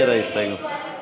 ההסתייגות של חבר הכנסת